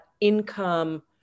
income